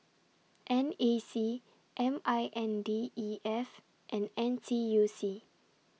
N A C M I N D E F and N T U C